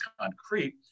concrete